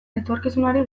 etorkizunari